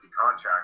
contract